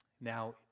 now